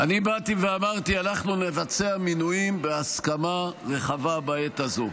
אני באתי ואמרתי: אנחנו נבצע מינויים בהסכמה רחבה בעת הזו.